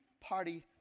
party